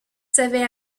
savait